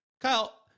Kyle